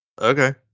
okay